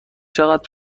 چقدر